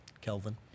Kelvin